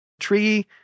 tree